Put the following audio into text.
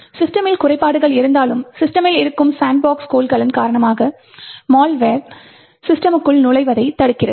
சிஸ்டமில் குறைபாடுகள் இருந்தாலும் சிஸ்டமில் இருக்கும் சாண்ட்பாக்ஸ் கொள்கலன் காரணமாக மால்வெர் சிஸ்டமுக்குள் நுழைவதைத் தடுக்கிறது